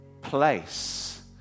place